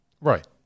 right